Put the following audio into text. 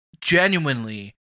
genuinely